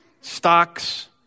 stocks